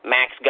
Max